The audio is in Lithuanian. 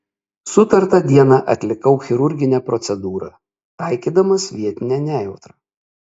sutartą dieną atlikau chirurginę procedūrą taikydamas vietinę nejautrą